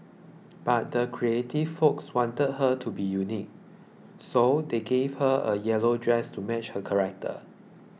but the creative folks wanted her to be unique so they gave her a yellow dress to match her character